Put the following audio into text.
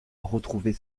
retrouver